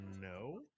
no